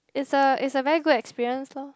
is a is a very good experience loh